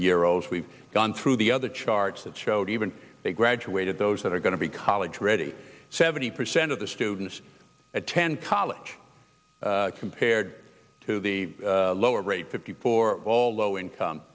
year olds we've gone through the other charts that showed even a graduate of those that are going to be college ready seventy percent of the students attend college compared to the lower rate fifty four or all low income